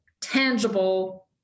tangible